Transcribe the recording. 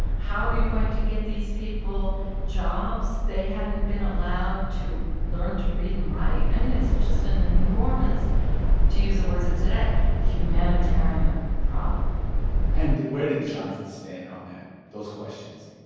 how are you going to get these people jobs? they hadn't been allowed to learn to read and write. i mean, it's just an enormous to use the words of today humanitarian problem and where did johnson stand on that, those questions?